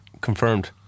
Confirmed